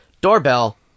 Doorbell